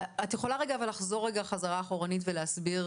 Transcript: את יכולה לחזור לרגע אחורה ולהסביר,